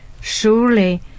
Surely